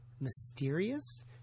mysterious